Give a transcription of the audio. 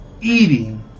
eating